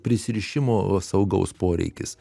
prisirišimo va saugaus poreikis